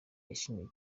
yashimye